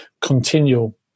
continual